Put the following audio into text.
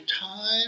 time